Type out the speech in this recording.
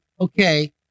okay